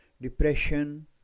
depression